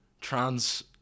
trans